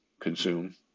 consume